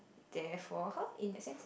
there for her in that sense